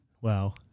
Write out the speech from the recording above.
Wow